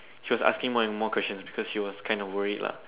she was asking more and more questions because she was kind of worried lah